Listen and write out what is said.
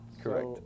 correct